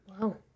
Wow